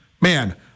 man